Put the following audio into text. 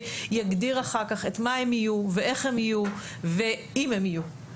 שיגדיר אחר כך את מה הם יהיו ואיך הם יהיו ואם הם יהיו.